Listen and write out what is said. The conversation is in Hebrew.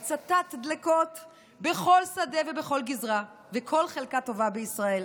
הצתת דלקות בכל שדה ובכל גזרה וכל חלקה טובה בישראל.